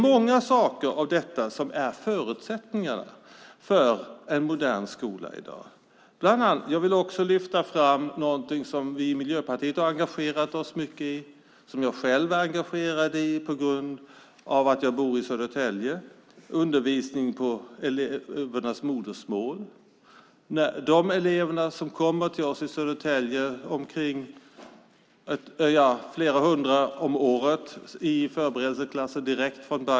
Mycket av detta är förutsättningar för en modern skola i dag. Jag vill också lyfta fram något som vi i Miljöpartiet har engagerat oss mycket i och som jag själv är engagerad i på grund av att jag bor i Södertälje, nämligen undervisning på elevernas modersmål. Till oss i Södertälje kommer flera hundra elever om året direkt från Bagdad till förberedelseklasser.